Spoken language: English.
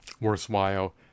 worthwhile